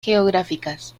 geográficas